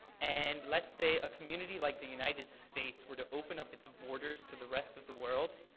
and let's say a community like the united states were to open up its borders to the rest of the world,